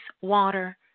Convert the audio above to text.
water